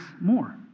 more